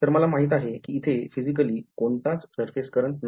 तर मला माहित आहे कि इथे physically कोणताच surface current नाही